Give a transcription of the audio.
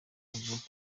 avuga